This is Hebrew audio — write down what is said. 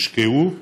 הושקעו,